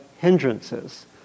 hindrances